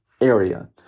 area